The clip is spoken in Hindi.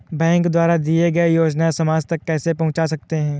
बैंक द्वारा दिए गए योजनाएँ समाज तक कैसे पहुँच सकते हैं?